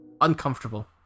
uncomfortable